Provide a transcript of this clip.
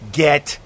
get